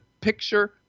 picture